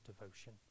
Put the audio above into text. devotion